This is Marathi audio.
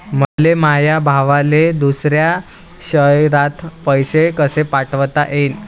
मले माया भावाले दुसऱ्या शयरात पैसे कसे पाठवता येईन?